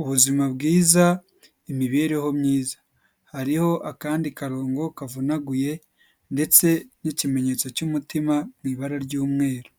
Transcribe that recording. ''Ubuzima bwiza, imibereho myiza.'' Hariho akandi karongo kavunaguye ndetse n'ikimenyetso cy'umutima mu ibara ry'umweru.